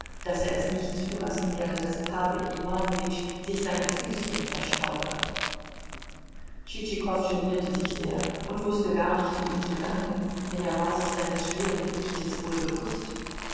daß er es nicht zulassen werde daß pawel iwanowitsch sich seine füßchen verstauche tschitschikow genierte sich sehr und wußte gar nicht wie ihm zu danken denn er war sich seines schweren gewichtes wohl bewußt